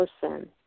person